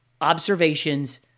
observations